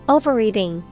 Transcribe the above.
Overeating